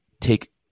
take